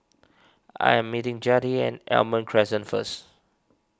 I am meeting Jettie at Almond Crescent first